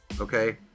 Okay